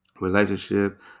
relationship